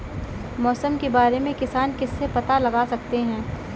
मौसम के बारे में किसान किससे पता लगा सकते हैं?